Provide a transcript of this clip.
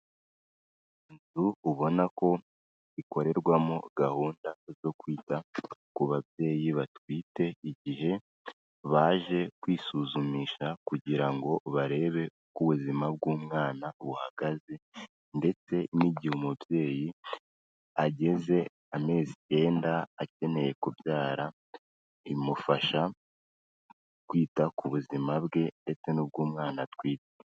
Inzu ubona ko ikorerwamo gahunda zo kwita ku babyeyi batwite igihe baje kwisuzumisha kugira ngo barebe uko ubuzima bw'umwana buhagaze ndetse n'igihe umubyeyi ageze amezi ikenda akeneye kubyara, imufasha kwita ku buzima bwe ndetse n'ubw'umwana atwite.